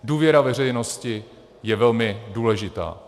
Důvěra veřejnosti je velmi důležitá.